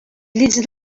llits